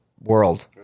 world